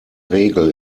regel